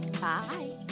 Bye